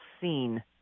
seen